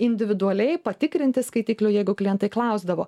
individualiai patikrinti skaitiklių jeigu klientai klausdavo